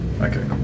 Okay